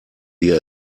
wir